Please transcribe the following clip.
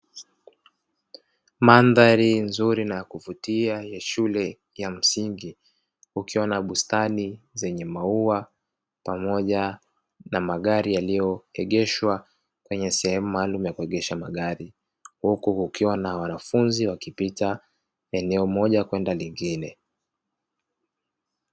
Mandhari nzuri na ya kuvutia ya shule ya msingi, kukiwa na bustani zenye maua pamoja na magari yalioegeshwa kwenye sehemu maalumu ya kuegeshea magari, huku kukiwa na wanafunzi wakipita eneo moja kwenda lingine.